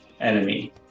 enemy